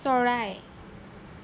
চৰাই